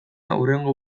hurrengo